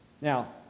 Now